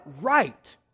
right